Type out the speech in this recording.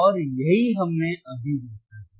और यही हमने अभी देखा है